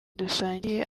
dusangiye